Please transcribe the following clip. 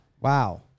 Wow